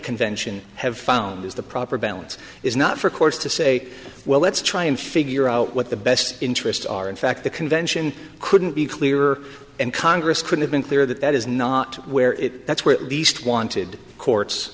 convention have found is the proper balance is not for courts to say well let's try and figure out what the best interest are in fact the convention couldn't be clear and congress could have been clear that that is not where it that's where at least wanted courts